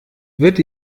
wird